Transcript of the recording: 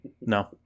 No